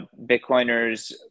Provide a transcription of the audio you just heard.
Bitcoiners